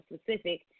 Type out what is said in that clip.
specific